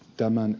tämän